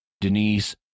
Denise